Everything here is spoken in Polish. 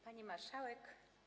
Pani Marszałek!